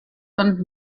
und